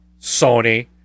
Sony